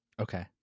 Okay